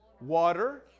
Water